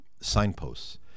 signposts